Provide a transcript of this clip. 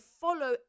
follow